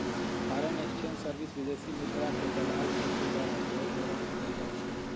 foreign exchange service विदेशी मुद्राके दलाल सभके द्वारा सेहो प्रदान कएल जाइ छइ